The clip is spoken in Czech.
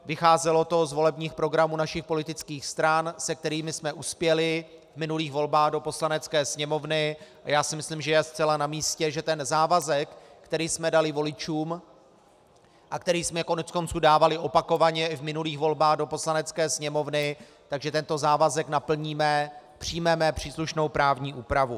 Vycházelo to z volebních programů našich politických stran, se kterými jsme uspěli v minulých volbách do Poslanecké sněmovny, a já si myslím, že je zcela namístě, že ten závazek, který jsme dali voličům a který jsme koneckonců dávali opakovaně i v minulých volbách do Poslanecké sněmovny, že tento závazek naplníme, přijmeme příslušnou právní úpravu.